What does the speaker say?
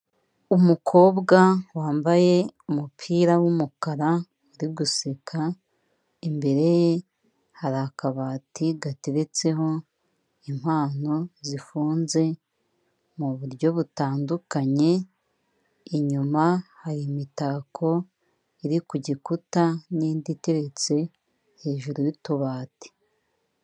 Umukobwa wambaye umupira w'umukara uri guseka, imbere ye hari akabati gateretseho impano zifunze mu buryo butandukanye inyuma hari imitako iri ku gikuta n'indi iteretse hejuru y'utubati.